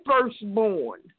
firstborn